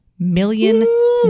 million